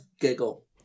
giggle